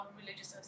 religious